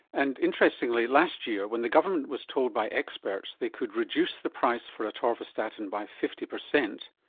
and interestingly last year when the government was told by experts they could reduce the price for atorvastatin by fifty percent,